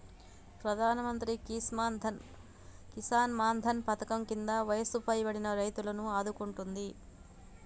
ప్రధానమంత్రి కిసాన్ మాన్ ధన్ పధకం కింద వయసు పైబడిన రైతులను ఆదుకుంటుంది